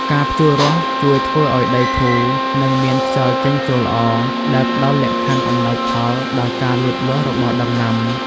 ការភ្ជួររាស់ ជួយធ្វើឲ្យដីធូរ និងមានខ្យល់ចេញចូលល្អ ដែលផ្តល់លក្ខខណ្ឌអំណោយផលដល់ការលូតលាស់របស់ដំណាំ។